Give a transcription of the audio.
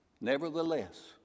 Nevertheless